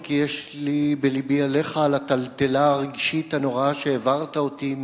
אם כי יש לי בלבי עליך על הטלטלה הרגשית הנוראה שהעברת אותי,